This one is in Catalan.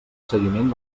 seguiment